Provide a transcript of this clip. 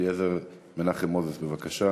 חבר הכנסת אליעזר מנחם מוזס, בבקשה.